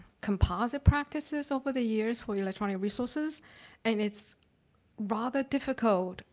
composite practices over the years for electronic resources and it's rather difficult,